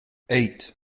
eight